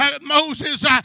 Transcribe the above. Moses